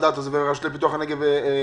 הדעת הזאת של הרשות לפיתוח הנגב והגליל.